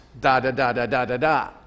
da-da-da-da-da-da-da